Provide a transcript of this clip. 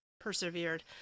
persevered